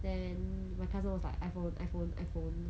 then my cousin was like iphone iphone iphone